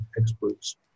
experts